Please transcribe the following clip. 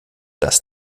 das